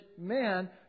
man